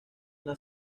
una